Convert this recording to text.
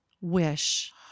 wish